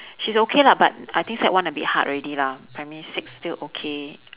she's okay lah but I think sec one a bit hard already lah primary six still okay